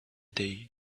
day